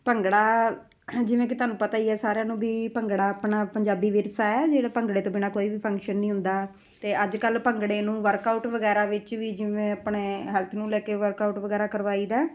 ਭੰਗੜਾ ਜਿਵੇਂ ਕਿ ਤੁਹਾਨੂੰ ਪਤਾ ਹੀ ਹੈ ਸਾਰਿਆਂ ਨੂੰ ਵੀ ਭੰਗੜਾ ਆਪਣਾ ਪੰਜਾਬੀ ਵਿਰਸਾ ਹੈ ਜਿਹੜਾ ਭੰਗੜੇ ਤੋਂ ਬਿਨਾਂ ਕੋਈ ਵੀ ਫੰਕਸ਼ਨ ਨਹੀਂ ਹੁੰਦਾ ਅਤੇ ਅੱਜ ਕੱਲ੍ਹ ਭੰਗੜੇ ਨੂੰ ਵਰਕਆਊਟ ਵਗੈਰਾ ਵਿੱਚ ਵੀ ਜਿਵੇਂ ਆਪਣੇ ਹੈਲਥ ਨੂੰ ਲੈ ਕੇ ਵਰਕਆਊਟ ਵਗੈਰਾ ਕਰਵਾਈ ਦਾ